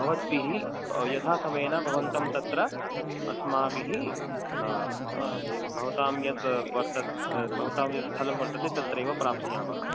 भवद्भिः यथासमेयेन भवन्तं तत्र अस्माभिः भवतां यद् वर्त भवतां यद् स्थलं वर्तते तत्रैव प्राप्स्यामः